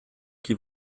qui